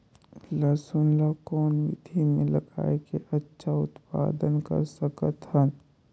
लसुन ल कौन विधि मे लगाय के अच्छा उत्पादन कर सकत हन?